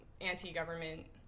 anti-government